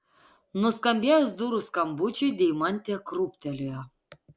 nuskambėjus durų skambučiui deimantė krūptelėjo